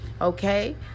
Okay